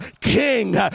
King